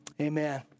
Amen